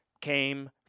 came